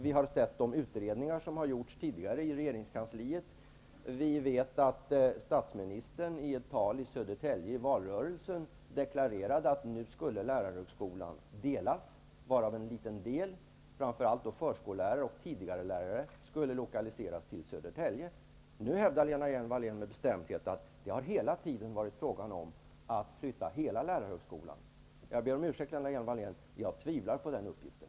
Vi har sett de utredningar som har gjorts tidigare i regeringskansliet. Vi vet att statsministern i ett tal i Södertälje i valrörelsen deklarerade att lärarhögskolan nu skulle delas. Bara en liten del, framför allt förskollärarutbildningen och tidigarelärarutbildningen, skulle lokaliseras till Södertälje. Nu hävdar Lena Hjelm-Wallén med bestämdhet att det hela tiden har varit fråga om att flytta hela lärarhögskolan. Jag ber om ursäkt, Lena Hjelm-Wallén, men jag tvivlar på den uppgiften.